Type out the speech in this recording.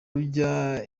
rujya